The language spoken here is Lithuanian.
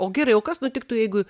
o gerai o kas nutiktų jeigu